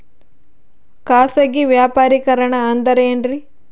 ಖಾಸಗಿ ವ್ಯಾಪಾರಿಕರಣ ಅಂದರೆ ಏನ್ರಿ?